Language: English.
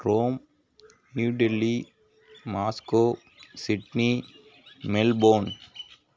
Rome New Delhi Moscow Sydney Melbourne